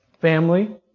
family